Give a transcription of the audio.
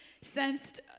sensed